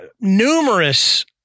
numerous